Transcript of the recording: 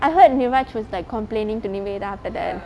I heard devach was like complaining to niveda about that